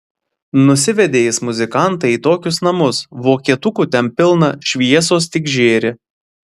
nusivedė jis muzikantą į tokius namus vokietukų ten pilna šviesos tik žėri